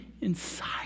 inside